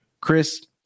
Chris